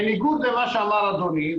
בניגוד למה שאמר אדוני,